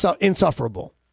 insufferable